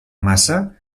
massa